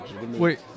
Wait